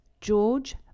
George